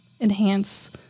enhance